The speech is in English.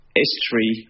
history